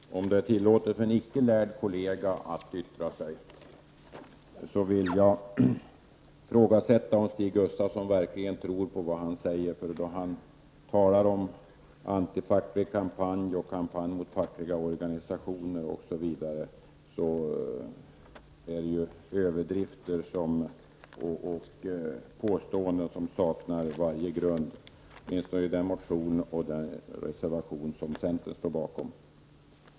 Herr talman! Om det är tillåtet för en icke lärd kollega att yttra sig vill jag ifrågasätta om Stig Gustafsson tror på vad han säger. Han talar om antifackliga kampanjer och kampanjer mot fackliga organisationer osv. Detta är överdrifter och påståenden som saknar varje grund. Åtminstone gäller detta de motioner och den reservation som centern står bakom.